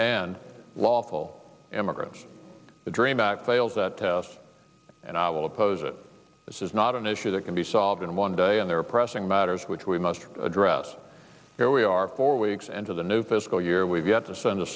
and lawful immigrants the dream act fails that test and i will oppose it this is not an issue that can be solved in one day and there are pressing matters which we must address here we are four weeks into the new fiscal year we've yet to send a